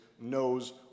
knows